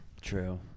true